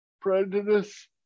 prejudice